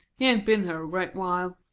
he hain't been here a great while.